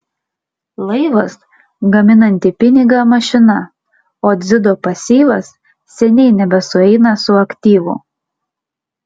laivas gaminanti pinigą mašina o dzido pasyvas seniai nebesueina su aktyvu